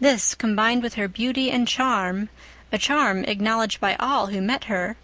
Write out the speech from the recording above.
this, combined with her beauty and charm a charm acknowledged by all who met her